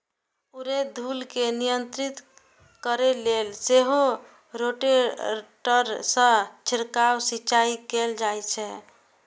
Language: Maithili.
उड़ैत धूल कें नियंत्रित करै लेल सेहो रोटेटर सं छिड़काव सिंचाइ कैल जाइ छै